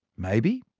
maybe.